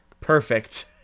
Perfect